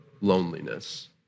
loneliness